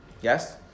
Yes